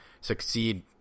succeed